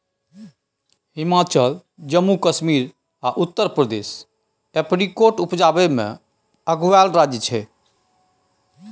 हिमाचल, जम्मू कश्मीर आ उत्तर प्रदेश एपरीकोट उपजाबै मे अगुआएल राज्य छै